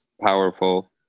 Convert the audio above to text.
powerful